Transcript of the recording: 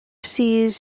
seas